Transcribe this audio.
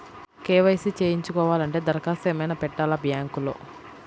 KYC చేయించుకోవాలి అంటే దరఖాస్తు ఏమయినా పెట్టాలా బ్యాంకులో?